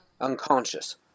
Unconscious